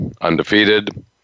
undefeated